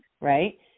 right